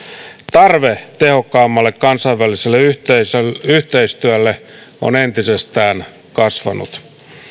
tarve tehokkaammalle kansainväliselle yhteistyölle yhteistyölle on entisestään kasvanut